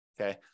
okay